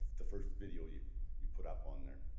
the first video you you put up on there,